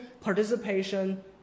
participation